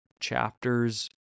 chapters